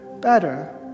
better